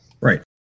Right